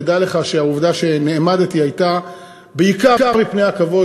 תדע לך שהעובדה שנעמדתי הייתה בעיקר מפני הכבוד